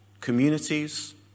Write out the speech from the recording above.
communities